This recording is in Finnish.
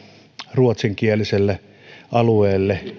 ruotsinkieliselle alueelle